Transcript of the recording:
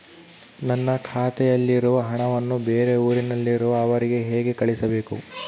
ನನ್ನ ಖಾತೆಯಲ್ಲಿರುವ ಹಣವನ್ನು ಬೇರೆ ಊರಿನಲ್ಲಿರುವ ಅವರಿಗೆ ಹೇಗೆ ಕಳಿಸಬೇಕು?